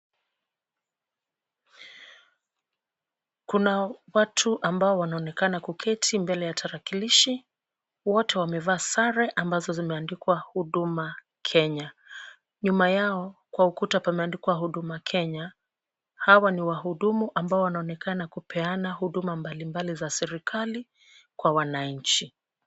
Kuna watu ambao wanaonekana kuketi mbele ya tarakilishi, wote wamevaa sare ambazo zimeandikwa Huduma Kenya. Nyuma yao kwa ukuta pameandikwa Huduma Kenya, hawa ni wahudumu ambao wanaonekana kupeana huduma mbalimbali za serikali kwa wananchi.